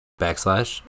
backslash